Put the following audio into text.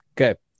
okay